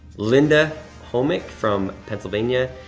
linda homic from pennsylvania.